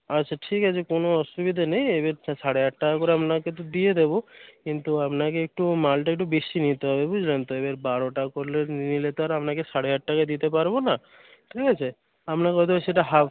আচ্ছা ঠিক আছে কোনও অসুবিধা নেই সাড়ে আট টাকা করে আপনাকে তো দিয়ে দেব কিন্তু আপনাকে একটু মালটা একটু বেশি নিতে হবে বুঝলেন তো এবার বারোটা করলে নিলে তো আপনাকে সাড়ে আট টাকায় দিতে পারব না ঠিক আছে আপনাকে হয়তো সেটা হাফ